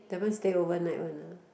that one stay overnight one uh